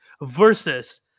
Versus